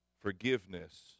forgiveness